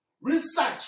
research